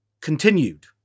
continued